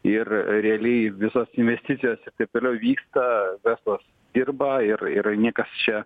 ir realiai visos investicijos ir taip toliau vyksta verslas dirba ir ir niekas čia